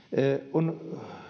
on